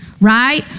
right